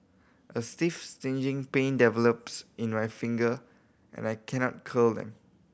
a stiff stinging pain develops in my finger and I cannot curl them